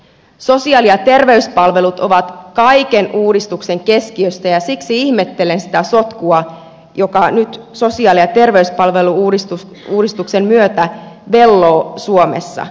sosiaali ja terveyspalvelut ovat kaiken uudistuksen keskiössä ja siksi ihmettelen sitä sotkua joka nyt sosiaali ja terveyspalvelu uudistuksen myötä velloo suomessa